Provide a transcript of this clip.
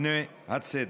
פני הצדק.